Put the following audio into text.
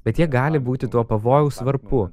bet jie gali būti to pavojaus varpu